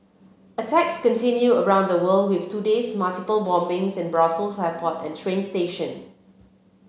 attacks continue around the world with today's multiple bombings in Brussels airport and train station